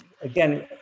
again